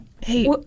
hey